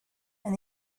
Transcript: and